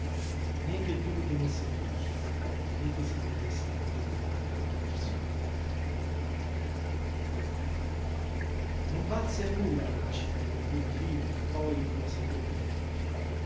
né che piú tenesse il busto né che si prendesse la minima cura della persona non valse a nulla la nascita d'una prima figlia e poi d'una seconda